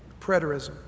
preterism